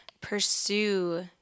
pursue